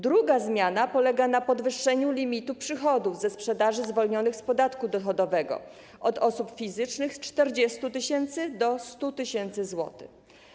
Druga zmiana polega na podwyższeniu limitu przychodów ze sprzedaży zwolnionych z podatku dochodowego od osób fizycznych: z 40 tys. do 100 tys. zł.